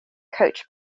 coached